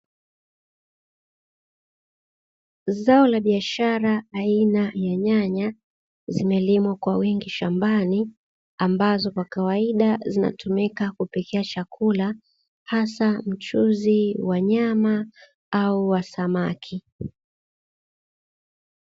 Zao la biashara aina ya nyanya zimelimwa kwa wingi shambani, ambazo kwa kawaida zinatumika kupikia chakula hasa mchuzi wa nyama au wa samaki.